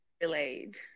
delayed